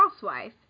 housewife